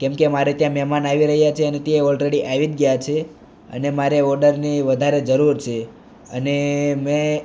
કેમકે મારે ત્યાં મહેમાન આવી રહ્યા છે ને તે ઓલરેડી આવી જ ગયા છે અને મારે ઓર્ડરની વધારે જરૂર છે અને મેં